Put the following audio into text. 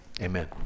Amen